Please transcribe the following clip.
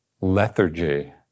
lethargy